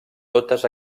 totes